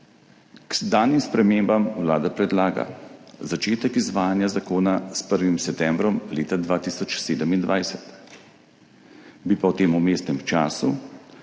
K sedanjim spremembam Vlada predlaga začetek izvajanja zakona s 1. septembrom leta 2027. V tem vmesnem času,